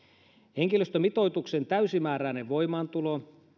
henkilöstömitoituksen täysimääräinen voimaantulo